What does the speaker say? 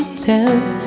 tells